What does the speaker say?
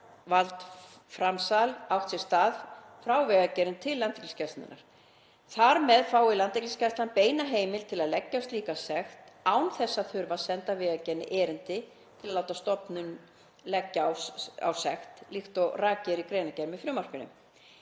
valdframsal átt sér stað frá Vegagerðinni til Landhelgisgæslunnar. Þar með fái Landhelgisgæslan beina heimild til að leggja á slíka sekt án þess að þurfa að senda Vegagerðinni erindi til að láta þá stofnun leggja á sekt, líkt og rakið er í greinargerð með frumvarpinu.